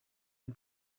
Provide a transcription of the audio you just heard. own